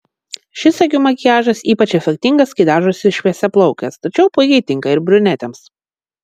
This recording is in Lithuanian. šis akių makiažas ypač efektingas kai dažosi šviesiaplaukės tačiau puikiai tinka ir brunetėms